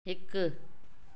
हिकु